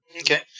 Okay